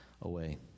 away